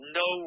no